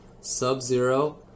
Sub-Zero